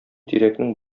тирәкнең